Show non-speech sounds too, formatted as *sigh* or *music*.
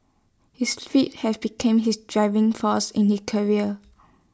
his *unintelligible* had become his driving force in the career